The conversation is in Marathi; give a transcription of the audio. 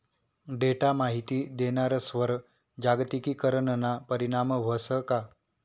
डेटा माहिती देणारस्वर जागतिकीकरणना परीणाम व्हस का?